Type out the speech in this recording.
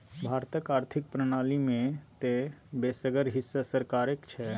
भारतक आर्थिक प्रणाली मे तँ बेसगर हिस्सा सरकारेक छै